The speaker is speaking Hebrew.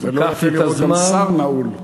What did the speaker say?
זה לא יפה לראות גם שר נעול.